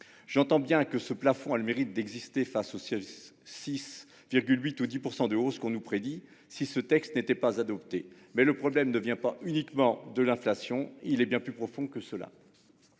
précaires. Bien sûr, ce plafond a le mérite d'exister face aux 6 %, 8 % ou 10 % de hausse que l'on nous prédit si ce texte n'était pas adopté. Mais le problème ne vient pas uniquement de l'inflation : il est bien plus profond.